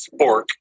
spork